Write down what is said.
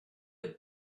have